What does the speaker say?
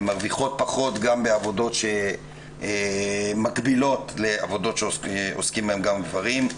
הן מרוויחות פחות גם בעבודות שמקבילות לעבודות שעוסקים בהן גם גברים.